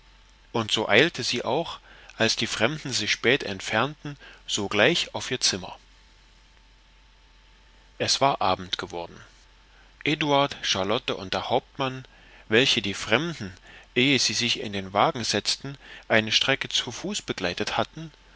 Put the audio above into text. und so eilte sie auch als die fremden sich spät entfernten sogleich auf ihr zimmer es war abend geworden eduard charlotte und der hauptmann welche die fremden ehe sie sich in den wagen setzten eine strecke zu fuß begleitet hatten